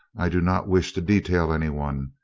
i do not wish to detail any one,